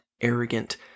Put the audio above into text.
arrogant